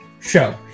show